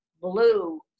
blue